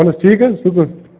اَہن حظ ٹھیٖک حظ شُکُر